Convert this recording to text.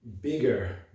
bigger